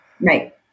Right